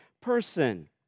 person